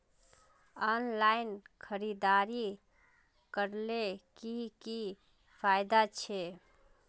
Online खरीदारी करले की की फायदा छे?